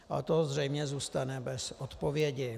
Ale to zřejmě zůstane bez odpovědi.